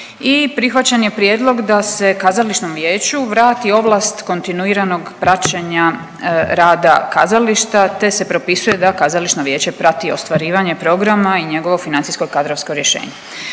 prihvaćen je prijedlog da se Kazališnom vijeću vrati ovlast kontinuiranog praćenja rada kazališta, te se propisuje da Kazališno vijeće prati ostvarivanje programa i njegovo financijsko i kadrovsko rješenje.